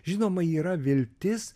žinoma yra viltis